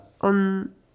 on